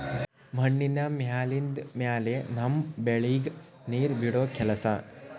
ಮಣ್ಣಿನ ಮ್ಯಾಲಿಂದ್ ಮ್ಯಾಲೆ ನಮ್ಮ್ ಬೆಳಿಗ್ ನೀರ್ ಬಿಡೋ ಕೆಲಸಾ